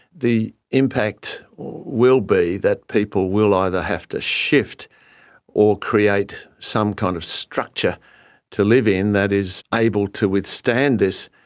the impact will be that people will either have to shift or create some kind of structure to live in that is able to withstand this.